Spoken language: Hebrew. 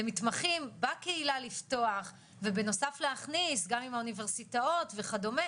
למתמחים בקהילה לפתוח ובנוסף להכניס גם עם האוניברסיטאות וכדומה.